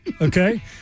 Okay